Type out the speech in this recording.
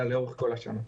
אלא לאורך כל השנה.